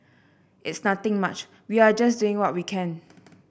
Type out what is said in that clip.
it's nothing much we are just doing what we can